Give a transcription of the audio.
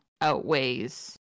outweighs